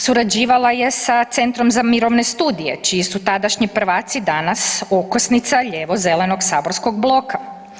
Surađivala je sa centrom za mirovne studije čiji su tadašnji prvaci danas okosnica lijevo-zelenog saborskog bloka.